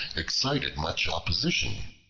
excited much opposition.